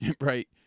right